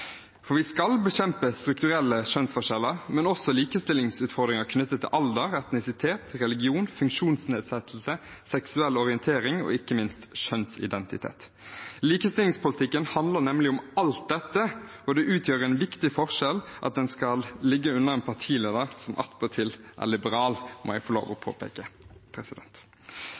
Vi skal bekjempe strukturelle kjønnsforskjeller, men også likestillingsutfordringer knyttet til alder, etnisitet, religion, funksjonsnedsettelse, seksuell orientering og ikke minst kjønnsidentitet. Likestillingspolitikken handler nemlig om alt dette, og det utgjør en viktig forskjell at den skal ligge under en partileder som attpåtil er liberal, må jeg få lov til å påpeke.